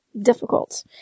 difficult